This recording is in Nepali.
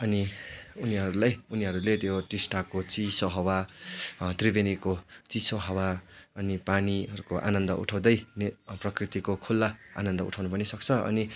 अनि उनीहरूलाई उनीहरूले त्यो टिस्टाको चिसो हावा त्रिवेणीको चिसो हावा अनि पानीहरूको आनन्द उठाउँदै ने प्रकृतिको खुल्ला आनन्द उठाउनु पनि सक्छ अनि